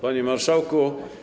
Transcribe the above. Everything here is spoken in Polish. Panie Marszałku!